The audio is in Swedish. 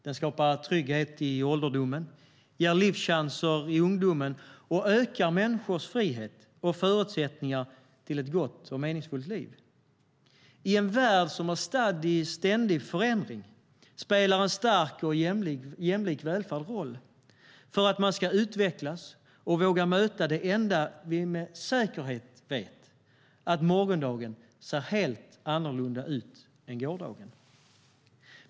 Den skapar trygghet i ålderdomen, ger livschanser i ungdomen och ökar människor frihet och förutsättningar till ett gott och meningsfullt liv. I en värld som är stadd i ständig förändring spelar en stark och jämlik välfärd roll för att man ska utvecklas och våga möta det enda vi med säkerhet vet, att morgondagen ser helt annorlunda ut än gårdagen.